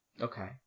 Okay